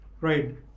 Right